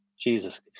Jesus